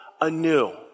anew